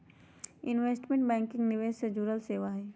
investment banking निवेश से जुड़ल सेवा हई